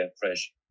fresh